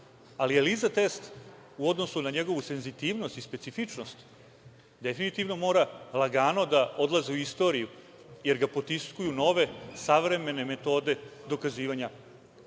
Ali ELISA test, u odnosu na njegovu senzitivnost i specifičnost, definitivno mora lagano da odlazi u istoriju jer ga potiskuju nove, savremene metode dokazivanja